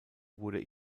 wurde